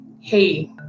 hey